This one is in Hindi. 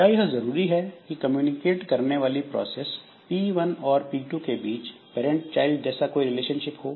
क्या यह जरूरी है कि कम्युनिकेट करने वाली प्रोसेस P1 और P2 के बीच पैरंट चाइल्ड जैसा कोई रिलेशनशिप हो